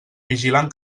vigilant